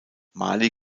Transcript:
mali